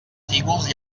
fígols